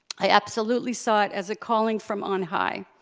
i absolutely saw it as a calling from on high,